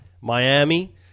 miami